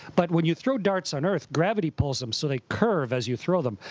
but when you throw darts on earth, gravity pulls them, so they curve as you throw them.